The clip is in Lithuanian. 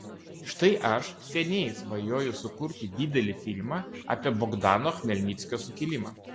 štai aš seniai svajoju sukurti didelį filmą apie bogdano chmelnickio sukilimą